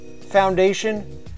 Foundation